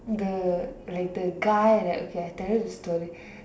the like the guy like okay I tell you the story